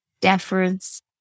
deference